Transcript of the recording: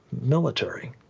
military